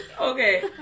Okay